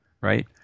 right